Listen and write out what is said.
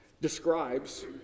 describes